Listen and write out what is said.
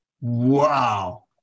Wow